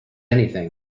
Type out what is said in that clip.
anything